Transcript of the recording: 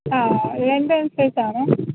ആ ലെങ്ങ്ത്ത് അനുസരിച്ചാണോ